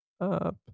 up